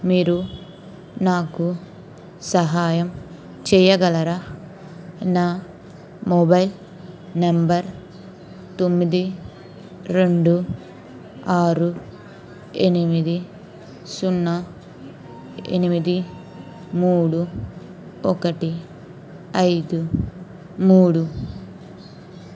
మీరు నాకు సహాయం చేయగలరా నా మొబైల్ నెంబర్ తొమ్మిది రెండు ఆరు ఎనిమిది సున్నా ఎనిమిది మూడు ఒకటి ఐదు మూడు